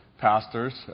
pastors